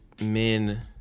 men